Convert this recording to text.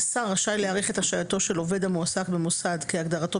השר רשאי להאריך השעייתו של עובד המועסק במוסד כהגדרתו